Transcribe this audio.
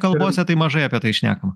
kalbose tai mažai apie tai šnekama